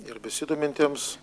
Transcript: ir besidomintiems